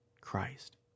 Christ